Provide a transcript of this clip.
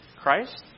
Christ